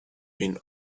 been